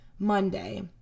Monday